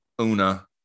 una